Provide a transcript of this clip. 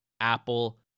Apple